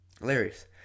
hilarious